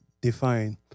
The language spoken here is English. define